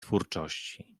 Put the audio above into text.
twórczości